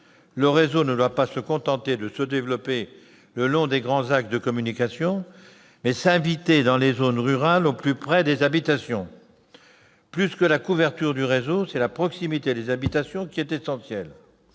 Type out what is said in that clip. Le réseau ne doit pas se contenter de se développer le long des grands axes de communication, mais il doit s'inviter dans les zones rurales au plus près des habitations. Plus que la couverture du réseau, c'est la proximité des habitations qui est essentielle.